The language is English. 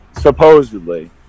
supposedly